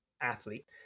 athlete